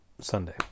Sunday